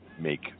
make